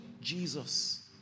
Jesus